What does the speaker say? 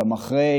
גם אחרי,